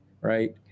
Right